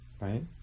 right